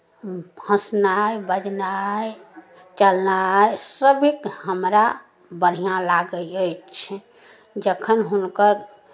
हँसनाइ बजनाइ चलनाइ सभकिछु हमरा बढ़िआँ लागै अछि जखन हुनकर